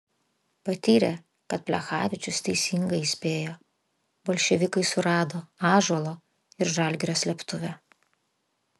patyrė kad plechavičius teisingai įspėjo bolševikai surado ąžuolo ir žalgirio slėptuvę